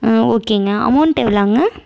ஆ ஓக்கேங்க அமௌன்ட் எவ்வளோங்க